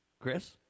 Chris